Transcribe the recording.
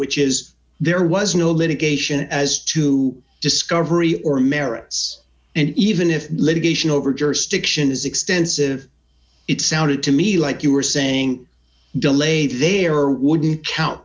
which is there was no litigation as to discovery or merits and even if litigation over jurisdiction is extensive it sounded to me like you were saying delay there are wouldn't count